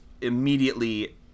immediately